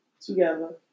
together